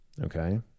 Okay